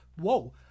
Whoa